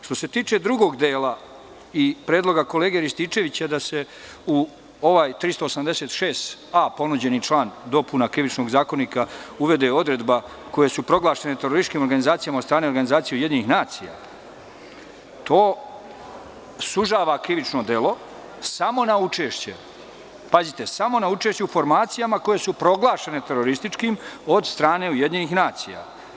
Što se tiče drugog dela i predloga kolege Rističevića da se u ponuđeni član 386a dopuna Krivičnog zakonika uvede odredba koje su proglašene terorističkim organizacijama od strane organizacije UN, to sužava krivično delo samo na učešće u formacijama koje su proglašene terorističkim od strane UN.